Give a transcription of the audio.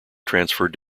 transferred